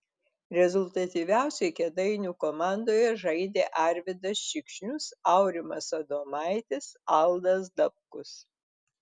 rezultatyviausiai kėdainių komandoje žaidė arvydas šikšnius aurimas adomaitis aldas dabkus